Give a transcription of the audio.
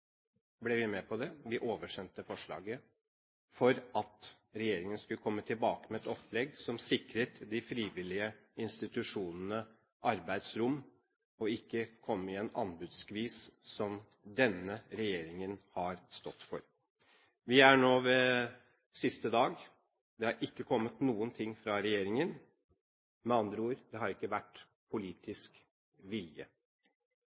ble vi med på det. Vi oversendte forslaget for at regjeringen skulle komme tilbake med et opplegg som sikret de frivillige institusjonene arbeidsrom, slik at de ikke kommer i en anbudsskvis, som denne regjeringen har stått for. Vi er nå på sesjonens siste dag. Det har ikke kommet noe fra regjeringen, med andre ord: Det har ikke vært politisk vilje.